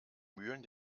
mühlen